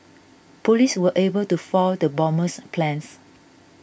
police were able to foil the bomber's plans